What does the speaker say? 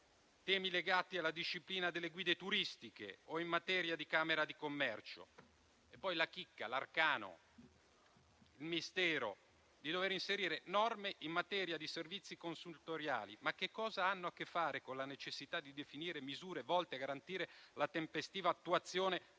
temi legati alla disciplina delle guide turistiche o in materia di Camera di commercio? Poi la chicca, l'arcano: il mistero di dover inserire norme in materia di servizi consultoriali; ma che cosa hanno a che fare con la necessità di definire misure volte a garantire la tempestiva attuazione degli